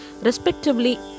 respectively